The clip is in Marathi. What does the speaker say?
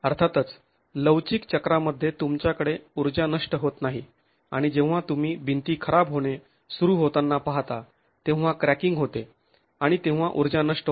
अर्थातच लवचिक चक्रामध्ये तुमच्याकडे ऊर्जा नष्ट होत नाही आणि जेव्हा तुम्ही भिंती खराब होणे सुरू होतांना पाहता तेव्हा क्रॅकिंग होते आणि तेव्हा ऊर्जा नष्ट होते